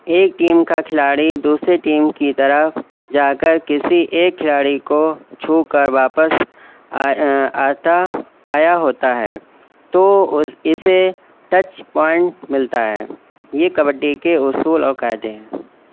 ایک ٹیم کا کھلاڑی دوسری ٹیم کی طرف جا کر کسی ایک کھلاڑی کو چھو کر واپس آتا آیا ہوتا ہے تو اسے ٹچ پوائنٹ ملتا ہے یہ کبڈی کے اصول اور قاعدے ہیں